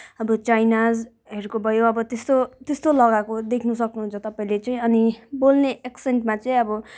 अब चाइनाजहरूको भयो अब त्यस्तो त्यस्तो लगाएको देख्न सक्नुहुन्छ तपाईँले चाहिँ अनि बोल्ने एक्सेन्टमा चाहिँ अब